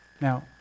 Now